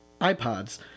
iPods